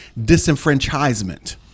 disenfranchisement